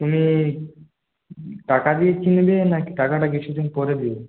হুম টাকা দিয়েছিলে নাকি টাকাটা কিছুদিন পরে দেবে